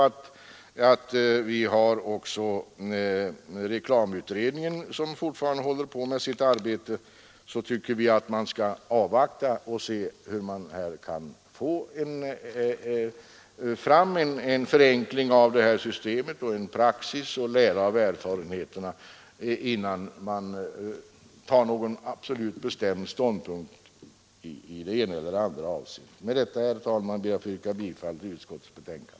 Eftersom reklamutredningen fortfarande arbetar, tycker vi att man skall avvakta och se om det går att få fram en förenkling av systemet och om man kan lära av erfarenheterna innan någon absolut bestämd ståndpunkt tas i det ena eller andra avseendet. Med dessa ord, herr talman, ber jag att få yrka bifall till utskottets hemställan.